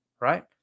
Right